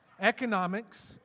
economics